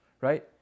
Right